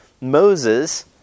Moses